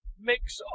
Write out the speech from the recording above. mix